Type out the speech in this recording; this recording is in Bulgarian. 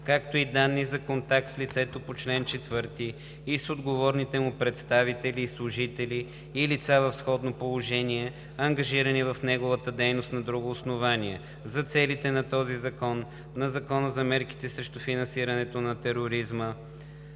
както и данни за контакт с лицето по чл. 4 и с отговорните му представители и служители и лица в сходно положение, ангажирани в неговата дейност на друго основание, за целите на този закон, на Закона за мерките срещу финансирането на тероризма